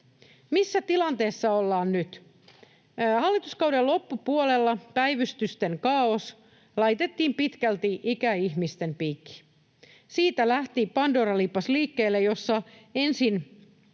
Missä tilanteessa ollaan nyt? Hallituskauden loppupuolella päivystysten kaaos laitettiin pitkälti ikäihmisten piikkiin. Siitä lähti liikkeelle pandoran lipas, jossa ensin